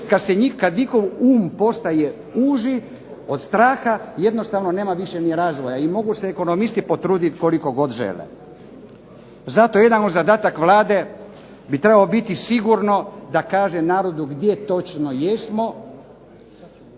sposobnosti, kad njihov um postaje uži od straha jednostavno nema više ni razvoja i mogu se ekonomisti potruditi koliko god žele. Zato jedan od zadataka Vlade bi trebao biti sigurno da kaže narodu gdje točno jesmo,